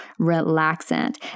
relaxant